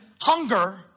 hunger